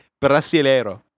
Brasileiro